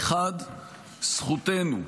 האחד, זכותנו,